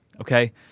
okay